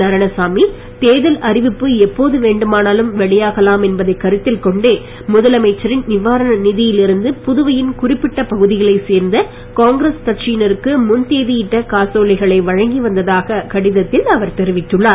நாராயணசாமி தேர்தல் அறிவிப்பு எப்போது வேண்டுமானாலும் வெளியாகலாம் என்பதைக் கருத்தில் கொண்டே முதலமைச்சரின் நிவாரண நிதியில் இருந்து புதுவையின் குறிப்பிட்ட பகுதிகளைச் சேர்ந்த காங்கிரஸ் கட்சியினருக்கு முன்தேதி இட்ட காசோலைகளை வழங்கி வந்ததாக கடிதத்தில் அவர் தெரிவித்துள்ளார்